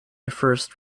first